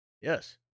Yes